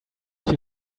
you